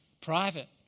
private